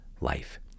Life